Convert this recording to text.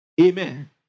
Amen